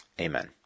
amen